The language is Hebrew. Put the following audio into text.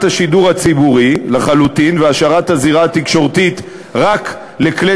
השידור הציבורי לחלוטין והשארת הזירה התקשורתית רק לכלי